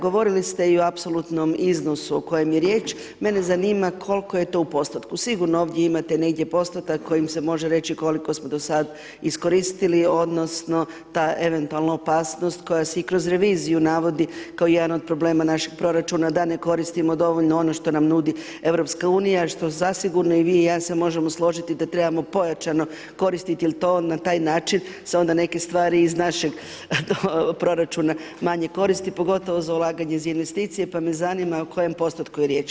Govorili ste i o apsolutnom iznosu o kojem je riječ, mene zanima koliko je to u postotku, sigurno ovdje imate negdje postotak kojim se može reći koliko smo do sada iskoristili odnosno ta eventualna opasnost koja se i kroz reviziju navodi kao jedan od problema našeg proračuna da ne koristimo dovoljno ono što nam nudi EU, što zasigurno i vi i ja se možemo složiti da trebamo pojačano koristiti jel to na taj način se onda neke stvari iz našeg proračuna manje koristi, pogotovo za ulaganje u investicije, pa me zanima o kojem postotku je riječ.